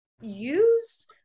use